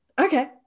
Okay